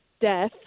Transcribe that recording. death